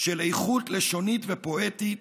של איכות לשונית ופואטית,